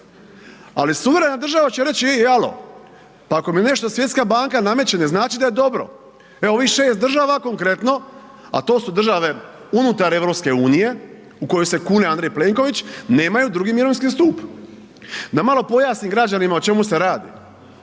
ali suverena država će reć ej alo, pa ako mi nešto Svjetska banka nameće ne znači da je dobro, evo ovih 6 država konkretno, a to su države unutar EU u koju se kune Andrej Plenković, nemaju drugi mirovinski stup. Da malo pojasnim građanima o čemu se radi,